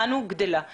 הנושא החינוכי,